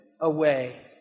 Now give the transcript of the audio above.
away